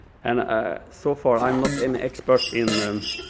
and ah so far i'm not an expert in